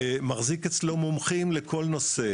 ומחזיק אצלו מומחים לכל נושא,